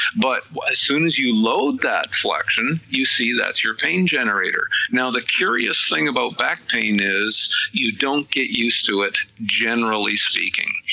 but as soon as you load that flexion, you see that your pain generator, now the curious thing about back pain is it you don't get used to it generally speaking,